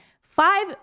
Five